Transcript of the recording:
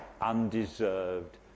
undeserved